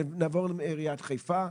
מתכננת סביבתית ביחידה של עיריית חיפה.